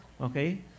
Okay